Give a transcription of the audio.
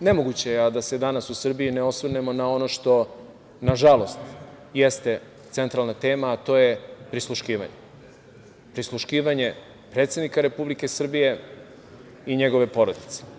nemoguće je da se danas u Srbiji ne osvrnemo na ono što, nažalost, jeste centralna tema, a to je prisluškivanje, prisluškivanje predsednika Republike Srbije i njegove porodice.